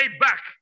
back